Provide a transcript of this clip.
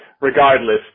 Regardless